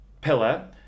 pillar